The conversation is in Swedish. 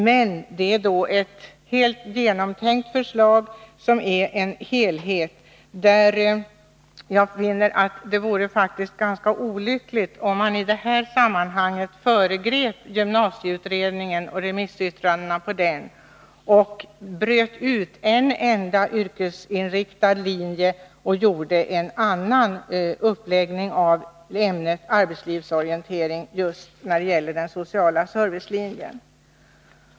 Men det är ett genomtänkt förslag, som är en helhet, varför jag finner att det vore olyckligt om man i det här sammanhanget föregrep gymnasieutredningen och remissyttrandena genom att bryta ut en enda yrkesinriktad linje och göra en annan uppläggning av ämnet arbetslivsorientering just när det gäller den sociala servicelinjen.